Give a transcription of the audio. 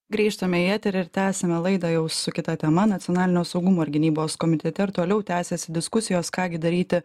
grįžtame į eterį ir tęsiame laidą jau su kita tema nacionalinio saugumo ir gynybos komitete ir toliau tęsiasi diskusijos ką gi daryti